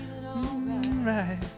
Right